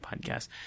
podcast